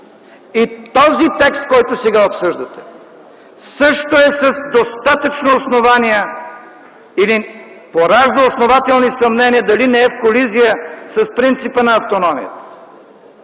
И този текст, който сега обсъждате, също е с достатъчно основания или поражда основателни съмнения дали не е в колизия с принципа на автономията.